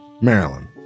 Maryland